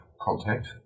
contact